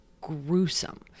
gruesome